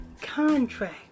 contract